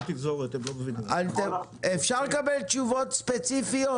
אפשר לקבל תשובות ספציפיות?